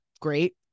great